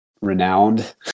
renowned